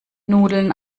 nudeln